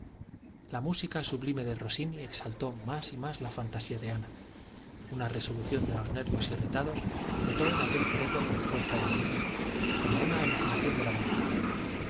la música sublime de rossini exaltó más y más la fantasía de ana una resolución de los nervios irritados brotó en aquel cerebro con fuerza de manía como una alucinación de la voluntad